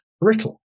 brittle